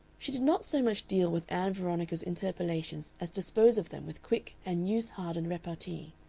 she did not so much deal with ann veronica's interpolations as dispose of them with quick and use-hardened repartee,